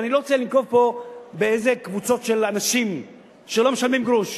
ואני לא רוצה לנקוב פה בקבוצות של אנשים שלא משלמים גרוש,